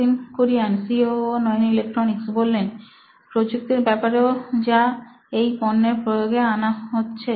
Nitin Kurian C O O electronics প্রযুক্তির ব্যাপারেও যা এই পণ্যে প্রয়োগে আনা হচ্ছে